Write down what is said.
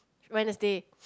Wednesday